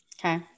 Okay